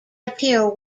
appear